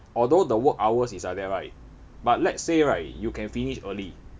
although the work hours is like that right but let's say right you can finish early